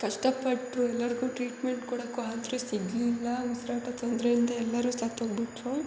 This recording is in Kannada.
ಕಷ್ಟಪಟ್ಟರು ಎಲ್ಲರಿಗೂ ಟ್ರೀಟ್ಮೆಂಟ್ ಕೊಡಕ್ಕೂ ಆದರೆ ಸಿಗಲಿಲ್ಲ ಉಸಿರಾಟ ತೊಂದರೆಯಿಂದ ಎಲ್ಲರೂ ಸತ್ತೋಗಿಬಿಟ್ರು